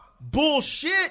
Bullshit